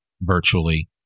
virtually